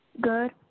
Good